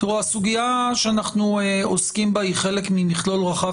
הסוגיה שאנחנו עוסקים בה היא חלק ממכלול רחב